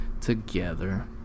together